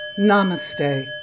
Namaste